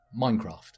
Minecraft